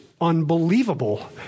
unbelievable